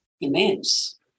immense